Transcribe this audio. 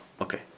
Okay